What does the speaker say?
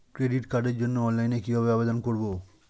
Credit কার্ডের জন্য অনলাইনে কিভাবে আবেদন করব?